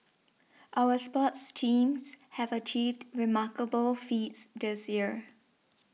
our sports teams have achieved remarkable feats this year